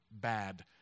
bad